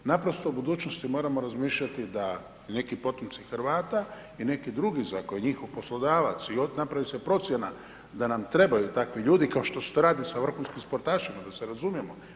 Naprosto u budućnosti moramo razmišljati da neki potomci Hrvata i neku drugi za koje je njihov poslodavac, i napravi se procjena da nam trebaju takvi ljudi, kao što se to radi sa vrhunskim sportašima, da se razumijemo.